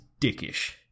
dickish